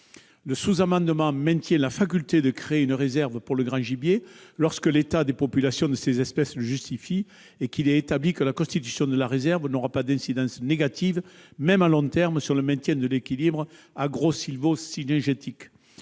Le sous-amendement vise à maintenir la faculté de créer une réserve pour le grand gibier lorsque l'état des populations de ces espèces le justifie et qu'il est établi que la constitution de la réserve n'aura pas d'incidence négative, même à long terme, sur le maintien de l'équilibre agro-sylvo-cynégétique.